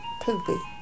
poopy